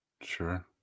Sure